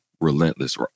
relentless